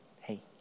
hey